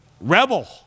Rebel